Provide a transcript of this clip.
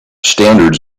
standards